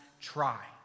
try